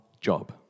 job